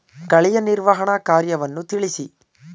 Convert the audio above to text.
ಕಳೆಯ ನಿರ್ವಹಣಾ ಕಾರ್ಯವನ್ನು ತಿಳಿಸಿ?